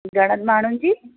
घणनि माण्हुनि जी